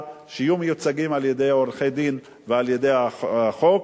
להיות מיוצגים על-ידי עורכי-דין ועל-ידי החוק,